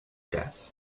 death